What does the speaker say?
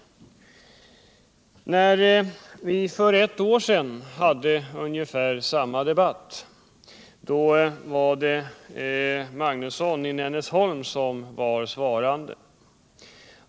När vi för ett år sedan hade ungefär samma debatt här i kammaren var Arne Magnusson i Nennesholm svarande.